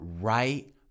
right